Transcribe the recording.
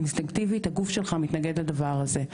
אינסטינקטיבית הגוף שלך מתנגד לדבר הזה.